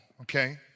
okay